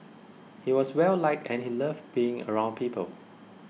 he was well liked and he loved being around people